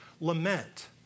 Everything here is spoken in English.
lament